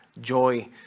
joy